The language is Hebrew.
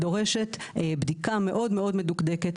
דורשת בדיקה מאוד מאוד מדוקדקת.